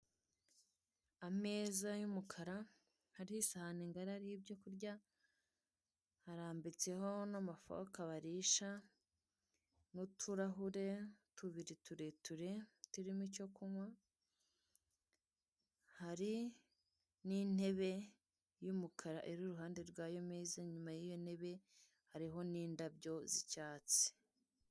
Ameza y'umukara hariho isahane ngari ariho ibyo kurya, harambitseho n'amafoka barisha n'uturahure tubiri tureture turimo icyo kunywa. Hari n'intebe y'umukara iri iruhande rw'ayo meza, inyuma y'iyo ntebe hariho n'indabyo z'icyatsi.